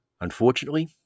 Unfortunately